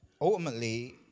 ultimately